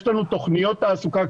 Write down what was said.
יש לנו תוכניות תעסוקה,